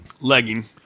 Legging